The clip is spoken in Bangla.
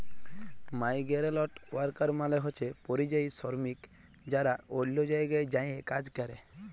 মাইগেরেলট ওয়ারকার মালে হছে পরিযায়ী শরমিক যারা অল্য জায়গায় যাঁয়ে কাজ ক্যরে